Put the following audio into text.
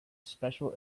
special